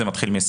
זה מתחיל מ-26,